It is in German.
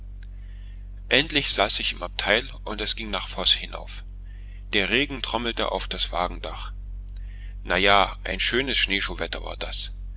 endlich saß ich im abteil und es ging nach voß hinauf der regen trommelte auf das wagendach na ja ein schönes schneeschuhwetter das